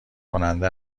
کننده